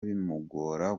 bimugora